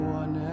one